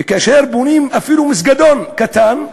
וכאשר בונים אפילו מסגדון קטן,